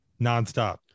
nonstop